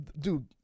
dude